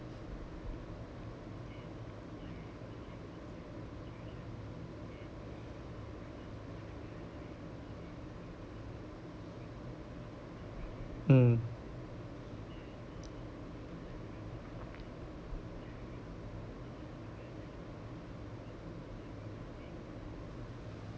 mm